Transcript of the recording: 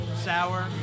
sour